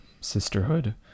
sisterhood